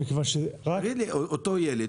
אותו ילד